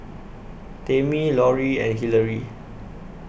Tamie Laurie and Hilary